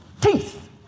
teeth